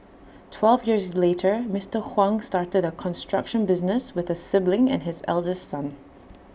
twelve years later Mister Huang started A construction business with A sibling and his eldest son